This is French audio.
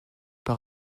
par